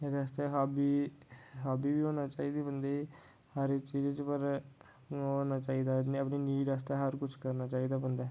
एह्दे आस्तै हाबी हाबी बी होना चाहिदी बंदे गी हर इक चीज च पर ओह् होना चाहिदा ऐ अपनी नीड आस्तै हर कुछ करना चाहिदा बन्दै